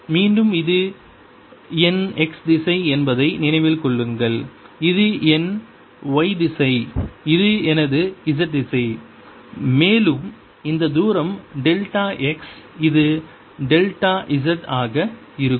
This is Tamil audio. மீண்டும் இது என் x திசை என்பதை நினைவில் கொள்ளுங்கள் இது என் y திசை இது எனது z திசை மேலும் இந்த தூரம் டெல்டா x இது டெல்டா z ஆக இருக்கும்